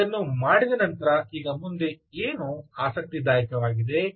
ನೀವು ಇದನ್ನು ಮಾಡಿದ ನಂತರ ಈಗ ಮುಂದೆ ಏನು ಆಸಕ್ತಿದಾಯಕವಾಗಿದೆ